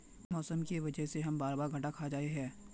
मौसम के वजह से हम सब बार बार घटा खा जाए हीये?